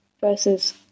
versus